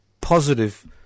positive